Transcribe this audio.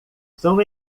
são